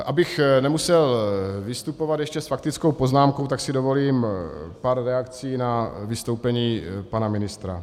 Abych nemusel vystupovat ještě s faktickou poznámkou, tak si dovolím pár reakcí na vystoupení pana ministra.